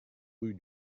rue